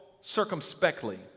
circumspectly